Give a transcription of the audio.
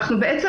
בעצם,